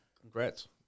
congrats